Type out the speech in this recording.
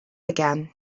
again